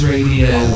Radio